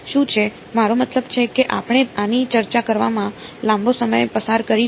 શું છે મારો મતલબ છે કે આપણે આની ચર્ચા કરવામાં લાંબો સમય પસાર કરીશું